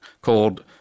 called